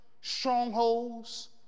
strongholds